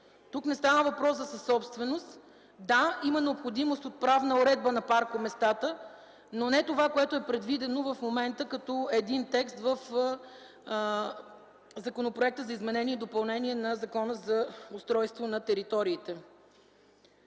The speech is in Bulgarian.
Тук не става въпрос за съсобственост. Да, има необходимост от правна уредба за паркоместата, но не това, което е предвидено в момента като текст в Законопроекта за изменение и допълнение на Закона за устройство на територията.